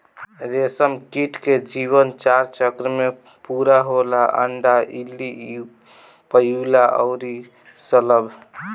रेशमकीट के जीवन चार चक्र में पूरा होला अंडा, इल्ली, प्यूपा अउरी शलभ